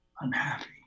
unhappy